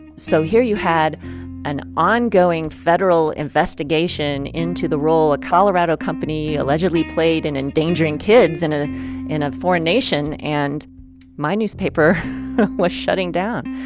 so here you had an ongoing federal investigation into the role a colorado company allegedly played in endangering kids in ah in a foreign nation, and my newspaper was shutting down.